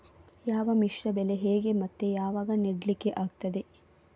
ಯಾವ ಮಿಶ್ರ ಬೆಳೆ ಹೇಗೆ ಮತ್ತೆ ಯಾವಾಗ ನೆಡ್ಲಿಕ್ಕೆ ಆಗ್ತದೆ?